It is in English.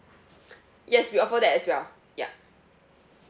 yes we offer that as well ya